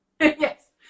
Yes